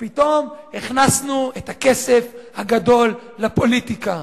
ופתאום הכנסנו את הכסף הגדול לפוליטיקה.